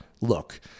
look